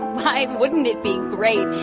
why wouldn't it be great?